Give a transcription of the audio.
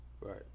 Right